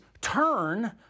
turn